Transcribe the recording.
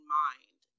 mind